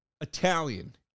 Italian